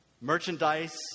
merchandise